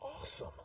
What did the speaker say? awesome